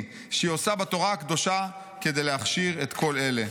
שהיא עושה בתורה הקדושה כדי להכשיר את כל אלה".